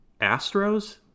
Astros